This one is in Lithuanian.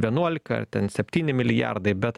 vienuolika ar ten septyni milijardai bet